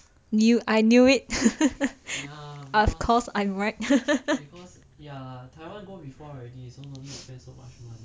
knew I knew it of course I'm right ya